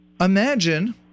imagine